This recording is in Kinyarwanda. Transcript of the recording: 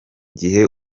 ageze